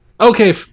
Okay